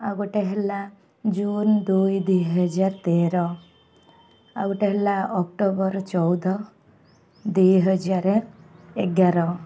ଆଉ ଗୋଟେ ହେଲା ଜୁନ୍ ଦୁଇ ଦୁଇ ହଜାର ତେର ଆଉ ଗୋଟେ ହେଲା ଅକ୍ଟୋବର୍ ଚଉଦ ଦୁଇ ହଜାର ଏଗାର